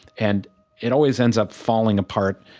and it always ends up falling apart.